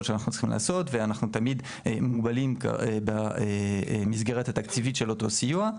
שאנחנו צריכים לעשות ואנחנו תמיד מוגבלים במסגרת התקציבית של אותו סיוע.